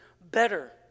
better